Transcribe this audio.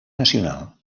nacional